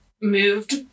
moved